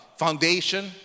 foundation